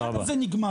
העניין הזה נגמר.